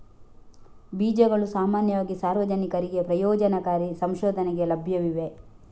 ಬೀಜಗಳು ಸಾಮಾನ್ಯವಾಗಿ ಸಾರ್ವಜನಿಕರಿಗೆ ಪ್ರಯೋಜನಕಾರಿ ಸಂಶೋಧನೆಗೆ ಲಭ್ಯವಿವೆ